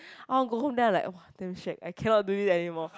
I want to go home then I'm like !wah! damn shacked I cannot do this anymore